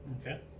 Okay